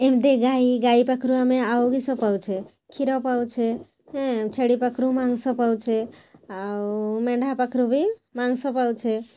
ଏମତି ଗାଈ ଗାଈ ପାଖରୁ ଆମେ ଆଉ କିସ ପାଉଛେ ଆଉ କ୍ଷୀର ପାଉଛେ ହେଁ ଛେଳି ପାଖରୁ ମାଂସ ପାଉଛେ ଆଉ ମେଣ୍ଢା ପାଖରୁ ବି ମାଂସ ପାଉଛେ